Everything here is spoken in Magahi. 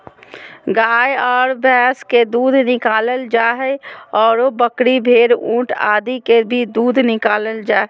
गाय आर भैंस के दूध निकालल जा हई, आरो बकरी, भेड़, ऊंट आदि के भी दूध निकालल जा हई